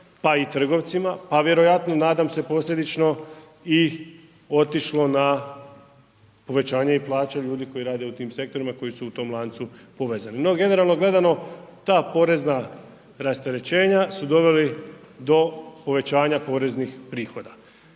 pa i trgovcima, a vjerojatno, nadam se posljedično i otišlo na povećanje plaća ljudi koji rade u tim sektorima koji su u tom lancu povezani. No, generalno gledano, ta porezna rasterećenja su doveli do povećanja poreznih prihoda.